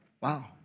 Wow